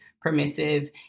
permissive